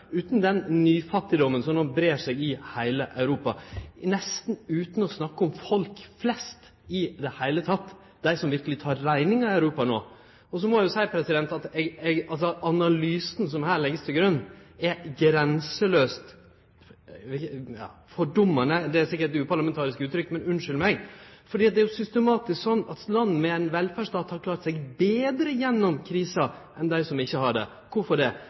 utan å nemne den nyfattigdomen som no breier seg i heile Europa, og nesten utan å snakke om folk flest i det heile, dei som verkeleg tek rekninga i Europa no. Så må eg jo seie at den analysen som her vert lagd til grunn, er grenselaust fordummande – det er sikkert eit uparlamentarisk uttrykk, så unnskyld meg. For det er jo systematisk sånn at land med ein velferdsstat har klart seg betre gjennom krisa enn dei som ikkje har det. Kvifor det?